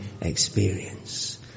experience